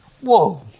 Whoa